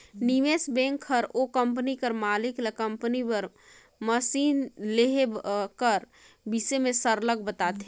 निवेस बेंक हर ओ कंपनी कर मालिक ल कंपनी बर मसीन लेहे कर बिसे में सरलग बताथे